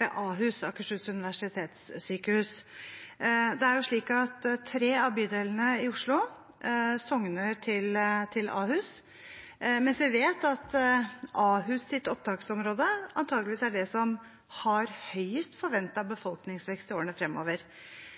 ved Ahus – Akershus universitetssykehus. Tre av bydelene i Oslo sogner til Ahus, mens vi vet at Ahus sitt opptaksområde antakeligvis er det som har høyest forventet befolkningsvekst i årene fremover.